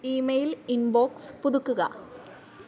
email inbox പുതുക്കുക